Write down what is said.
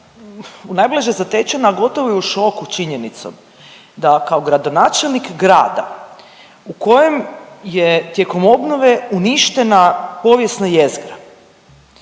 najblaže zatečena, a gotovo i u šoku činjenicom da kao gradonačelnik grada u kojem je tijekom obnove uništena povijesna jezgra,